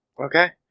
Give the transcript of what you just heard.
Okay